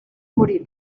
morir